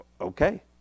Okay